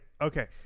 Okay